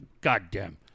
goddamn